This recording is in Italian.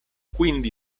quindi